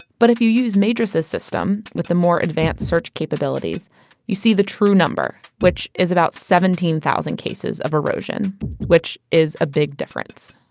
but if you use madris' system with the more advanced search capabilities you see the true number, which is about seventeen thousand cases of erosion which is a big difference